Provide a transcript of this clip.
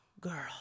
girl